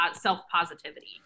self-positivity